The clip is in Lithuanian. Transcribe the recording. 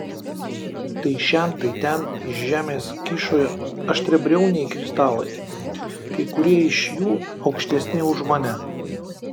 tai šen tai ten iš žemės kyšojo aštriabriauniai kristalai kai kurie iš jų aukštesni už mane